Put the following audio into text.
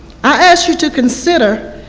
i ask you to consider,